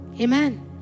Amen